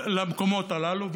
למקומות הללו,